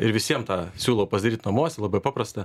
ir visiem tą siūlau pasidaryt namuose labai paprasta